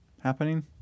happening